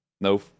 No